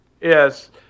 Yes